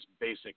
basic